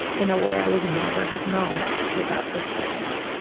in a way i would never have known without the science.